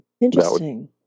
Interesting